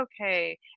okay